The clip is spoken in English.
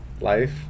life